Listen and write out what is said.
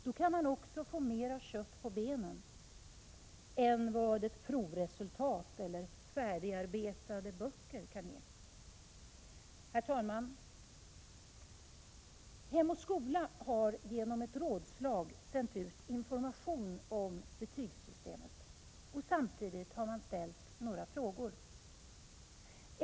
Då kan man också få mer kött på benen än vad provresultat eller färdigarbetade böcker kan ge. Herr talman! Hem och skola har i samband med ett rådslag sänt ut information om betygssystemet. Samtidigt har man ställt några frågor till föräldrarna.